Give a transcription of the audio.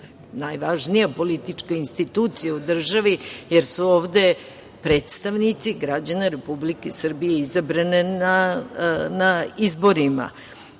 najvažnija politička institucija u državi, jer su ovde predstavnici građana Republike Srbije izabrani na izborima.